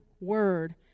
word